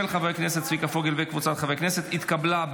לוועדה שתקבע ועדת הכנסת נתקבלה.